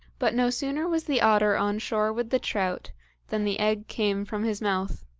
but no sooner was the otter on shore with the trout than the egg came from his mouth